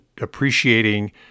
appreciating